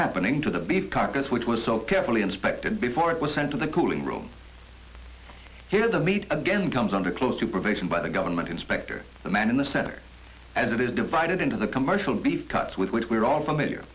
happening to the beef carcass which was so carefully inspected before it was sent to the cooling room here the meat again comes under close supervision by the government inspector the man in the center and it is divided into the commercial beef cuts with which we're all familiar